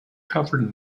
covered